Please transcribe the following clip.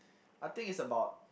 I think it's about